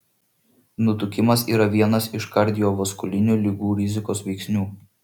nutukimas yra vienas iš kardiovaskulinių ligų rizikos veiksnių